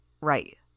Right